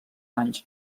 anys